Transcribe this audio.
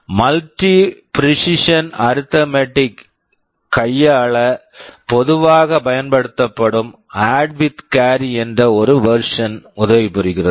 multi precision arithmetic multi precision arithmetic கைக் கையாள பொதுவாகப் பயன்படுத்தப்படும் add with carry add with carry என்ற ஒரு வெர்ஸன் version உதவி புரிகிறது